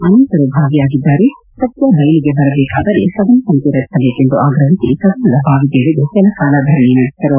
ಅನೇಕರು ಭಾಗಿಯಾಗಿದ್ದಾರೆ ಸತ್ಯ ಬಯಲಿಗೆ ಬರಬೇಕಾದರೆ ಸದನ ಸಮಿತಿ ರಚಿಸಬೇಕೆಂದು ಆಗ್ರಹಿಸಿ ಸದನದ ಬಾವಿಗೆ ಇಳಿದು ಕೆಲ ಕಾಲ ಧರಣಿ ನಡೆಸಿದರು